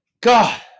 God